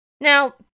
now